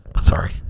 sorry